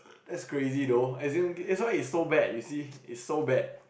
that's crazy though as in this one is so bad you see is so bad